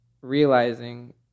realizing